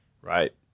right